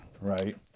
Right